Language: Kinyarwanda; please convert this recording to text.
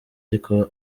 ariko